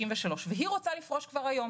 והיא רוצה לפרוש כבר היום,